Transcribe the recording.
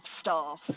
staff